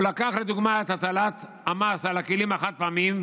והוא לקח לדוגמה את הטלת המס על הכלים החד-פעמיים,